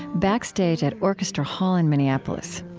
backstage at orchestra hall in minneapolis.